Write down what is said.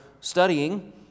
studying